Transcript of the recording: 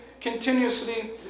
continuously